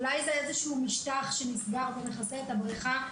אולי זה איזשהו משטח שנסגר ומכסה את הבריכה.